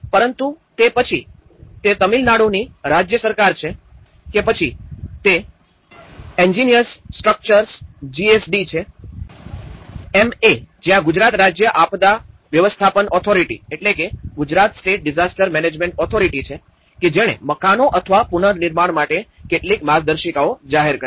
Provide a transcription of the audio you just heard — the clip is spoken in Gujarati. પરંતુ તે પછી તે તમિલનાડુની રાજ્ય સરકાર છે કે પછી તે એન્જિનિયરિંગ સ્ટ્રક્ચર્સ જીએસડી છે એમએ જ્યાં ગુજરાત રાજ્ય આપદા વ્યવસ્થાપન ઓથોરિટી છે કે જેણે મકાનો અથવા પુનર્નિર્માણ માટે કેટલીક માર્ગદર્શિકાઓ જાહેર કરી છે